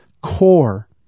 core